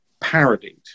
parodied